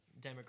demographic